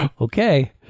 Okay